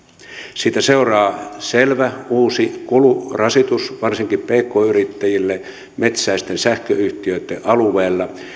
siitä seuraa selvä uusi kulurasitus varsinkin pk yrittäjille metsäisten sähköyhtiöitten alueella